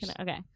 Okay